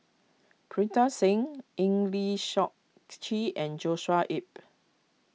Pritam Singh Eng Lee Seok Chee and Joshua Ip